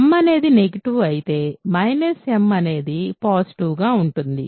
m అనేది negative అయితే m అనేది పాజిటివ్ గా ఉంటుంది